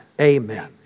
amen